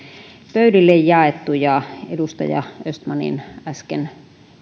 jaettu ja myös edustaja östmanin äsken